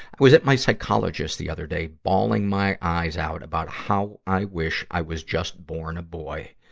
i was at my psychologist the other day, bawling my eyes out about how i wish i was just born a boy.